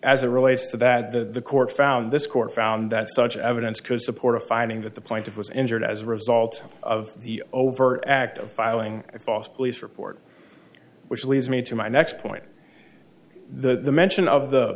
as it relates to that the court found this court found that such evidence could support a finding that the point of was injured as a result of the overt act of filing a false police report which leads me to my next point the mention of